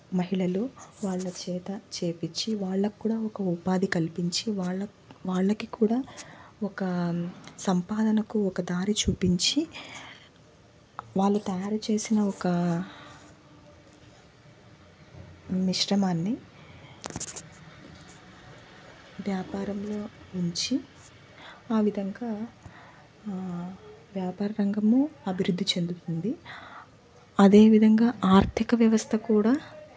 మహిళలు వాళ్ళ చేత చేపించి వాళ్ళకు కూడా ఒక ఉపాధి కల్పించి వాళ్ళకి కూడా ఒక సంపాదనకు ఒక దారి చూపించి వాళ్ళు తయారు చేసిన ఒక మిశ్రమాన్ని వ్యాపారంలో ఉంచి ఆ విధంగా వ్యాపార రంఘము అభివృద్ధి చెందుతుంది అదే విధంగా ఆర్థిక వ్యవస్థ కూడా